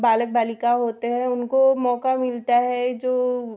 बालक बालिका होते है उनको मौका मिलता है जो